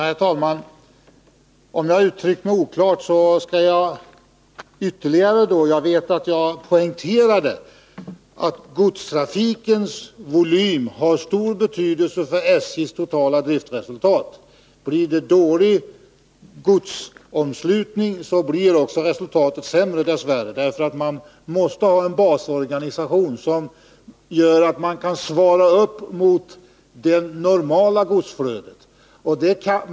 Herr talman! Kanske uttryckte jag mig oklart, och jag vill då ytterligare poängtera att godstrafikens volym har stor betydelse för SJ:s totala driftsresultat. Blir det dålig godsomslutning, blir dess värre också resultatet sämre, därför att det måste finnas en basorganisation som gör att SJ kan svara upp mot det normala godsflödet.